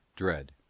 dread